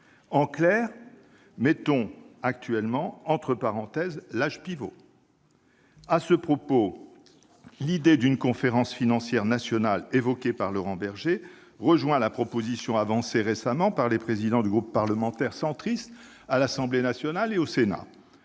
En clair, mettons pour l'instant entre parenthèses l'âge pivot. À ce propos, l'idée d'une conférence financière nationale évoquée par Laurent Berger rejoint la proposition avancée récemment par les présidents des groupes parlementaires centristes à l'Assemblée nationale et au Sénat.